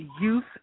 youth